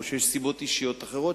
או שיש סיבות אחרות,